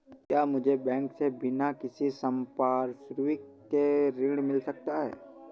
क्या मुझे बैंक से बिना किसी संपार्श्विक के ऋण मिल सकता है?